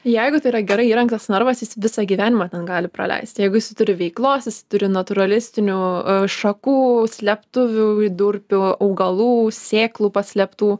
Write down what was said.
jeigu tai yra gerai įrengtas narvas jis visą gyvenimą ten gali praleist jeigu jis turi veiklos jis turi natūralistinių šakų slėptuvių durpių augalų sėklų paslėptų